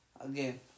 Again